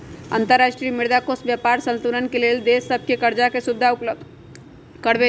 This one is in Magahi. अंतर्राष्ट्रीय मुद्रा कोष व्यापार संतुलन के लेल देश सभके करजाके सुभिधा उपलब्ध करबै छइ